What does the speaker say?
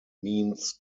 means